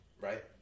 right